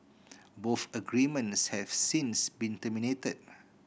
both agreements have since been terminated